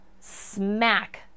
smack